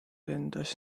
endas